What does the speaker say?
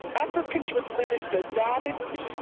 upper control limit, the dotted